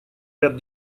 ряд